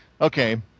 Okay